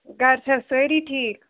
گَرِ چھےٚ سٲری ٹھیٖک